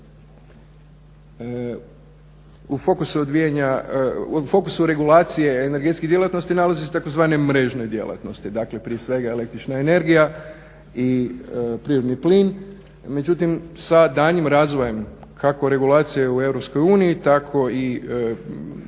U fokusu regulacije energetske djelatnosti nalazi se tzv. mrežne djelatnosti dakle prije svega el.energija i prirodni plin. Međutim sa daljnjim razvojem kako regulacije u EU tako i same